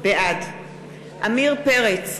בעד עמיר פרץ,